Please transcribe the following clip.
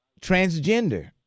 transgender